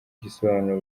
igisobanuro